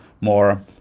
more